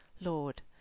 Lord